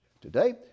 Today